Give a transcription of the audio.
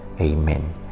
Amen